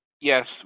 Yes